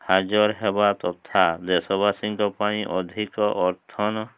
ହାଜର ହେବା ତଥା ଦେଶବାସୀଙ୍କ ପାଇଁ ଅଧିକ ଅର୍ଥନ